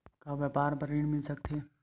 का व्यापार बर ऋण मिल सकथे?